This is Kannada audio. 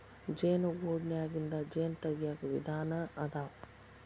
ಜೇನು ಗೂಡನ್ಯಾಗಿಂದ ಜೇನ ತಗಿಯಾಕ ವಿಧಾನಾ ಅದಾವ